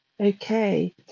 okay